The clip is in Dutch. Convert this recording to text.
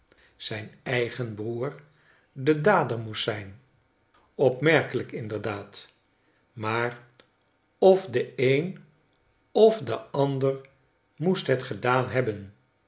zyn eigen broer de dader moest zijn opmerkelijk inderdaad maar of de een of de ander moest het gedaan hebben